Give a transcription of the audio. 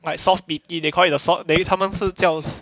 like soft pity they call it the soft that mean 他们是叫